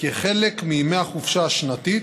כחלק מימי החופשה השנתית,